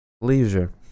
Leisure